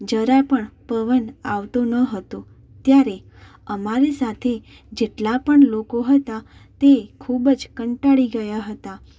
જરા પણ પવન આવતો ન હતો ત્યારે અમારી સાથે જેટલા પણ લોકો હતા તે ખૂબ જ કંટાળી ગયા હતા